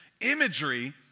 imagery